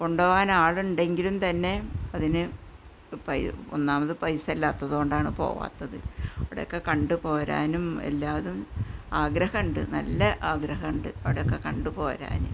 കൊണ്ടു പോവാന് ആളുണ്ടെങ്കിലും തന്നെ അതിന് ഒന്നാമത് പൈസയില്ലാത്തത് കൊണ്ടാണ് പോവാത്തത് അവിടെ ഒക്കെ കണ്ട് പോരാനും എല്ലാതും ആഗ്രഹമുണ്ട് നല്ല ആഗ്രഹമുണ്ട് അവിടെ ഒക്കെ കണ്ട് പോരാൻ